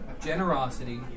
generosity